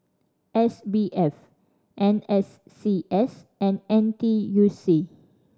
S B F N S C S and N T U C